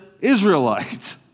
Israelite